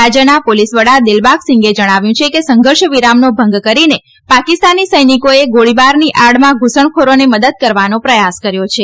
રાજ્યના પોલીસ વડા દિલબાગસિંહે જણાવ્યું છે કે સંઘર્ષ વિરામનો ભંગ કરીને પાકિસ્તાની સૈનિકોએ ગોળીબારની આડમાં ધૂસણખોરોને મદદ કરવાનો પ્રયાસ કર્યો છે